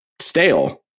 stale